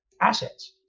assets